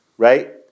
right